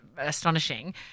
astonishing